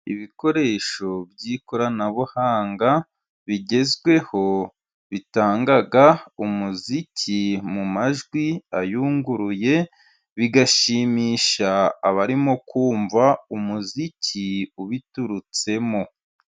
Ibikoresho by'ikoranabuhanga bigezweho bitanga umuziki mu majwi ayunguruye, bigashimisha abarimo kumva umuziki ubiturutsemo.